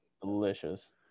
delicious